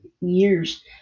years